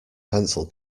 pencil